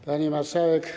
Pani Marszałek!